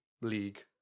league